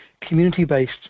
community-based